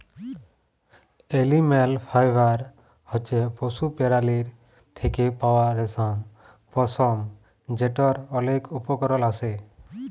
animal fibre হছে পশু পেরালীর থ্যাকে পাউয়া রেশম, পশম যেটর অলেক উপকরল আসে